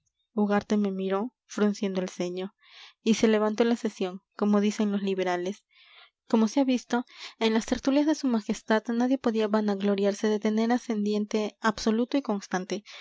ugarte me miró frunciendo el ceño y se levantó la sesión como dicen los liberales como se ha visto en las tertulias de su majestad nadie podía vanagloriarse de tener ascendiente absoluto y constante